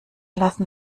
lassen